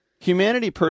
humanity